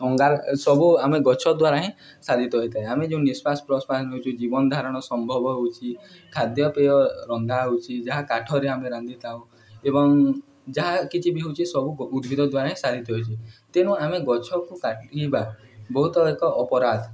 ଅଙ୍ଗାର ସବୁ ଆମେ ଗଛ ଦ୍ୱାରା ହିଁ ସାଧିତ ହୋଇଥାଏ ଆମେ ଯୋଉ ନିଶ୍ୱାସ ପ୍ରଶ୍ୱାସ ନଉଛୁ ଜୀବନ ଧାରଣ ସମ୍ଭବ ହଉଛି ଖାଦ୍ୟପେୟ ରନ୍ଧା ହଉଛି ଯାହା କାଠରେ ଆମେ ରାନ୍ଧିଥାଉ ଏବଂ ଯାହା କିଛି ବି ହଉଛି ସବୁ ଉଦ୍ଭିଦ ଦ୍ୱାରା ହିଁ ସାଧିତ ହେଉଛି ତେଣୁ ଆମେ ଗଛକୁ କାଟିବା ବହୁତ ଏକ ଅପରାଧ